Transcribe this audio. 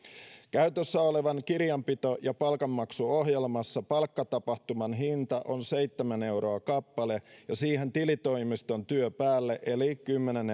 käytössä olevassa kirjanpito ja palkanmaksuohjelmassa palkkatapahtuman hinta on seitsemän euroa kappale ja siihen tilitoimiston työ päälle eli kymmenen